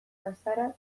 bazara